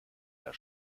der